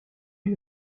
est